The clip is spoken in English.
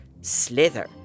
slither